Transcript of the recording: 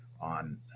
on